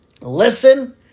Listen